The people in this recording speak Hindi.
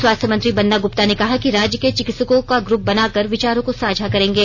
स्वास्थ्य मंत्री बन्ना गुप्ता ने कहा कि राज्य के चिकित्सकों का ग्रुप बनाकर विचारों को साझा करेंगे